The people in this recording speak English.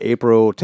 April